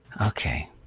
Okay